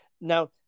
Now